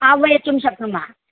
आह्वातुं शक्नुमः